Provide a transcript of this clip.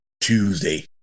Tuesday